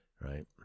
right